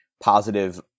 positive